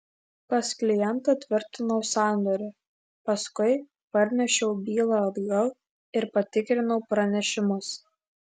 pas klientą tvirtinau sandorį paskui parnešiau bylą atgal ir patikrinau pranešimus